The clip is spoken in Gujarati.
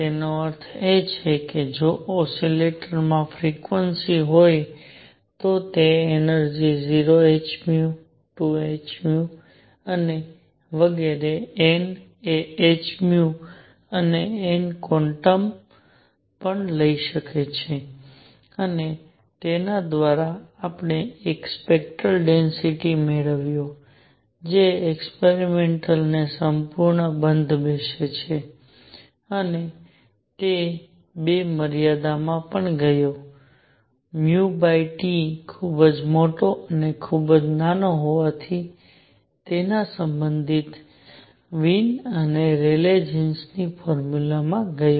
તેનો અર્થ એ છે કે જો ઓસિલેટરમાં ફ્રિક્વન્સી nu હોય તો તે એનર્જિ 0 h 2 h અને વગેરે n એ h નો n ક્વોન્ટા લઈ શકે છે અને તેના દ્વારા આપણે એક સ્પેક્ટરલ ડેન્સિટિ કર્વ મેળવ્યો જે એક્સપેરિમેંટ ને સંપૂર્ણપણે બંધ બેસે છે અને તે 2 મર્યાદામાં પણ ગયો હતો T ખૂબ મોટો અને ખૂબ નાનો હોવાથી તેના સંબંધિત વિએનWien's અને રેલે જીનRayleigh Jean'sની ફોર્મ્યુલામાં ગયો